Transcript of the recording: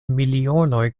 milionoj